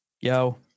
Yo